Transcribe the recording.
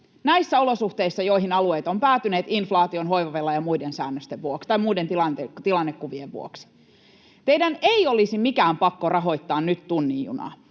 näissä olosuhteissa, joihin alueet ovat päätyneet inflaation, hoivavelan ja muiden tilannekuvien vuoksi. Teidän ei olisi mikään pakko rahoittaa nyt tunnin junaa.